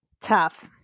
tough